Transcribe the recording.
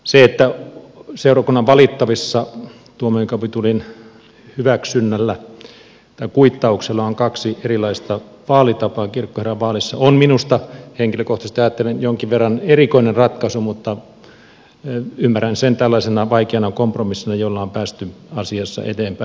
se että seurakunnan valittavissa tuomiokapitulin hyväksynnällä tai kuittauksella on kaksi erilaista vaalitapaa kirkkoherranvaalissa on minusta henkilökohtaisesti ajattelen jonkin verran erikoinen ratkaisu mutta ymmärrän sen tällaisena vaikeana kompromissina jolla on päästy asiassa eteenpäin